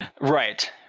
Right